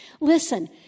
Listen